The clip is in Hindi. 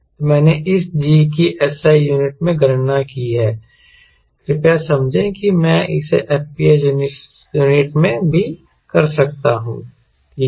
तो मैंने इस G की SI यूनिट में गणना की है कृपया समझें कि मैं इसे FPS यूनिट में भी कर सकता हूं ठीक है